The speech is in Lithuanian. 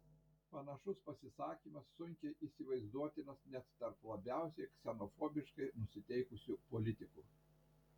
panašus pasisakymas sunkiai įsivaizduotinas net tarp labiausiai ksenofobiškai nusiteikusių politikų